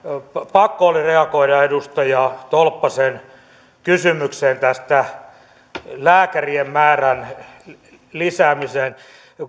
pakko oli reagoida edustaja tolppasen kysymykseen lääkärien määrän lisäämisestä